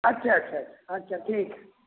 अच्छा अच्छा अच्छा अच्छा ठीक हइ